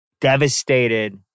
devastated